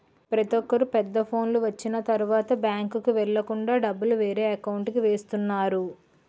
ప్రతొక్కరు పెద్ద ఫోనులు వచ్చిన తరువాత బ్యాంకుకి వెళ్ళకుండా డబ్బులు వేరే అకౌంట్కి వేస్తున్నారు